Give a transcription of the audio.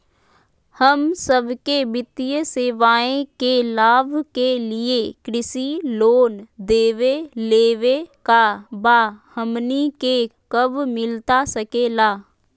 हम सबके वित्तीय सेवाएं के लाभ के लिए कृषि लोन देवे लेवे का बा, हमनी के कब मिलता सके ला?